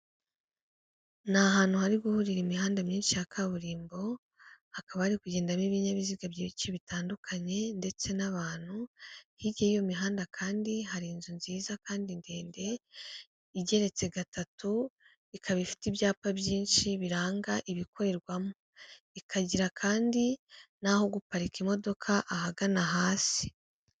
Ni ahantu hari guhurira imihanda myinshi ya kaburimbo, hakaba hari kugendamo ibinyabiziga byinshi bitandukanye ndetse n'abantu, hirya y'iy'imihanda kandi hari inzu nziza kandi ndende igeretse gatatu, ikaba ifite ibyapa byinshi biranga ibikorerwamo, ikagira kandi n'aho guparika imodoka ahagana hasi.